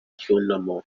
cyunamo